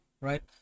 right